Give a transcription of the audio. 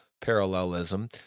parallelism